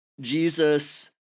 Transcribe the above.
Jesus